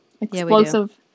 Explosive